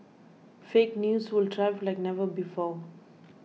fake news will thrive like never before